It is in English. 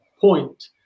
point